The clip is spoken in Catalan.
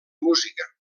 música